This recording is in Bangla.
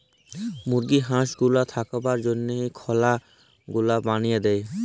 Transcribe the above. মুরগি হাঁস গুলার থাকবার জনহ খলা গুলা বলিয়ে দেয়